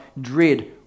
dread